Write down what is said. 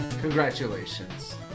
Congratulations